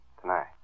Tonight